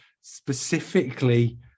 specifically